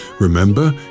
Remember